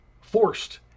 forced